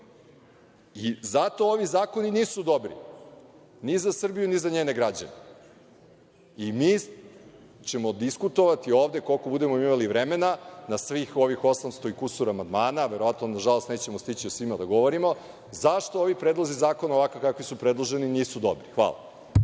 I zato ovi zakoni nisu dobri, ni za Srbiju, ni za njene građane. I mi ćemo diskutovati ovde koliko budemo imali vremena na svih ovih osamsto i kusur amandmana, verovatno, nažalost, nećemo stići o svima da govorimo. Zašto ovi predlozi zakona, kakvi su predloženi nisu dobri? Hvala.